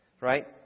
right